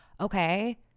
Okay